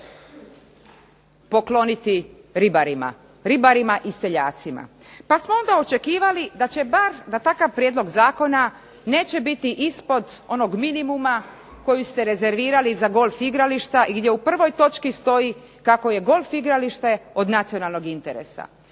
pokloniti ribarima, ribarima i seljacima. Pa smo onda očekivali da će bar, da takav prijedlog zakona neće biti ispod onog minimuma koji ste rezervirali za golf igrališta gdje u prvoj točki stoji kako je golf igralište od nacionalnog interesa.